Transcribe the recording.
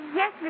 yes